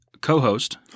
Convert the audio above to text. co-host